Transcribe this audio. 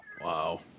Wow